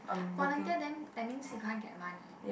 volunteer then that means you can't get money